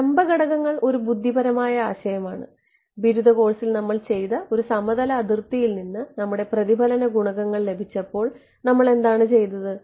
ലംബ ഘടകങ്ങൾ ഒരു ബുദ്ധിപരമായ ആശയമാണ് ബിരുദ കോഴ്സിൽ നമ്മൾ ചെയ്ത ഒരു സമതല അതിർത്തിയിൽ നിന്ന് നമ്മുടെ പ്രതിഫലന ഗുണകങ്ങൾ ലഭിച്ചപ്പോൾ നമ്മൾ എന്താണ് ചെയ്തത്